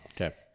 Okay